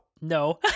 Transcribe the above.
No